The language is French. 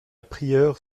prieure